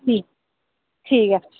ठीक ठीक ऐ